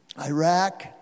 Iraq